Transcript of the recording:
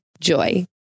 Joy